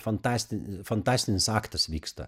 fantastin fantastinis aktas vyksta